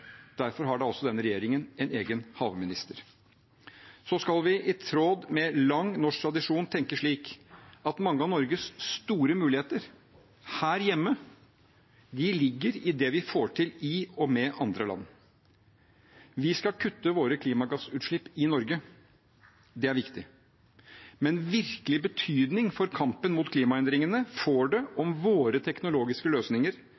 Derfor har da også denne regjeringen en egen havminister. Så skal vi, i tråd med lang norsk tradisjon, tenke slik at mange av Norges store muligheter her hjemme ligger i det vi får til i og med andre land. Vi skal kutte våre klimagassutslipp i Norge. Det er viktig, men virkelig betydning for kampen mot klimaendringene får det om våre teknologiske løsninger